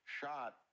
shot